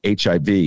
HIV